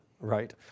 right